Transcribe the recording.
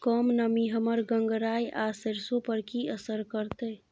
कम नमी हमर गंगराय आ सरसो पर की असर करतै?